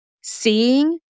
seeing